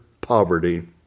poverty